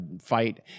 fight